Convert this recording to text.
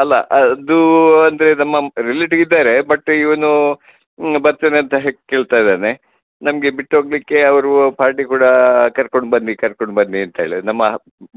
ಅಲ್ಲ ಅದು ಅಂದರೆ ನಮ್ಮ ರಿಲೇಟಿವ್ ಇದ್ದಾರೆ ಬಟ್ ಇವನು ಬರ್ತೇನೆ ಅಂತ ಹೆ ಕೇಳ್ತಾಯಿದ್ದಾನೆ ನಮಗೆ ಬಿಟ್ಟು ಹೋಗಲಿಕ್ಕೆ ಅವರು ಆ ಪಾರ್ಟಿ ಕೂಡ ಕರ್ಕೊಂಡು ಬನ್ನಿ ಕರ್ಕೊಂಡು ಬನ್ನಿ ಅಂತ ಹೇಳಿ ನಮ್ಮ